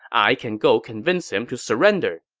i can go convince him to surrender.